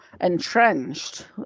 entrenched